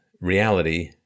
reality